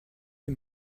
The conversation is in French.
les